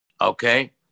Okay